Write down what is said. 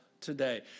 today